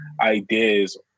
ideas